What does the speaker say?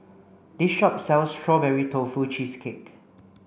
this shop sells strawberry tofu cheesecake